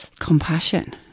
Compassion